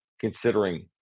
considering